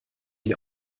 die